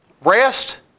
Rest